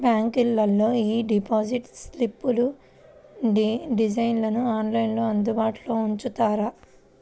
బ్యాంకులోళ్ళు యీ డిపాజిట్ స్లిప్పుల డిజైన్లను ఆన్లైన్లో అందుబాటులో ఉంచుతారు